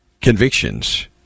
convictions